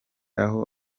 aho